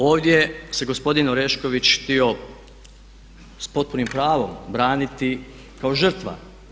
Ovdje se gospodin Orešković htio, s potpunim pravom, braniti kao žrtva.